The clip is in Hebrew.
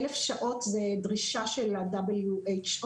1,000 שעות זאת דרישה של ה-WHO,